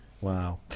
Wow